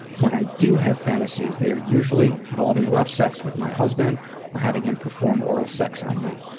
when i do have fantasies they're usually involving rough sex with my husband or having him perform oral sex on me.